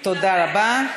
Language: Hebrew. תודה רבה.